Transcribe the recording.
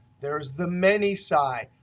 there is the many side,